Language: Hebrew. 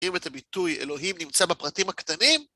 ...ים את הביטוי "אלוהים נמצא בפרטים הקטנים"...